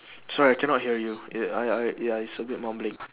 sorry I cannot hear you err I I ya it's a bit mumbling